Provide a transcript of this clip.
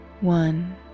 One